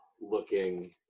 looking